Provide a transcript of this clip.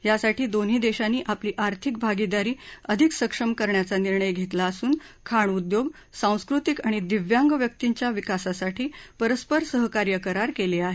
यासाठी दोन्ही देशांनी आपली आर्थिक भागिदारी अधिक सक्षम करण्याचा निर्णय घेतला असून खाणउद्योग सांस्कृतिक आणि दिव्यांग व्यक्तींच्या विकासासाठी परस्पर सहकार्य करार केले आहेत